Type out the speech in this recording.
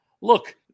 look